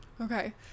Okay